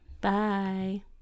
Bye